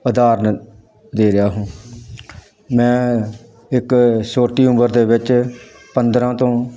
ਉਦਾਹਰਨ ਦੇ ਰਿਹਾ ਹਾਂ ਮੈਂ ਇੱਕ ਛੋਟੀ ਉਮਰ ਦੇ ਵਿੱਚ ਪੰਦਰਾਂ ਤੋਂ